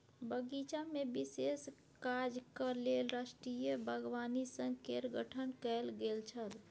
बगीचामे विशेष काजक लेल राष्ट्रीय बागवानी संघ केर गठन कैल गेल छल